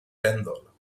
pèndol